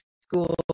school